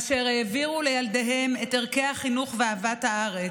אשר העבירו לילדיהם את ערכי החינוך ואהבת הארץ.